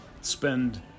spend